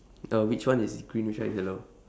uh which one is green which one is yellow